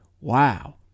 wow